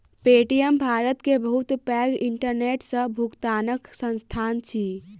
Paytm Bharat के बहुत पैघ इंटरनेट सॅ भुगतनाक संस्थान अछि